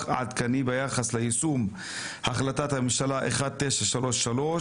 עדכני ביחס ליישום החלטת הממשלה 1933,